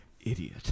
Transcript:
Idiot